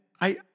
I